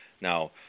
Now